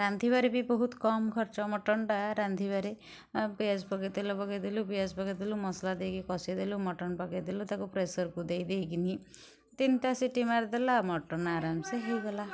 ରାନ୍ଧିବାରେ ବି ବହୁତ କମ ଖର୍ଚ୍ଚ ମଟନ୍ଟା ରାନ୍ଧିବାରେ ପିଆଜ ପକେଇ ତେଲ ପକେଇଦେଲୁ ପିଆଜ ପକେଇଦେଲୁ ମସଲା ଦେଇକି କଷିଦେଲୁ ମଟନ୍ ପକେଇ ଦେଲୁ ତାକୁ ପ୍ରେସର୍କୁ ଦେଇଦେଇକିନି ତିନଟା ସିଟି ମାରଦେଲ ମଟନ୍ ଆରାମସେ ହୋଇଗଲା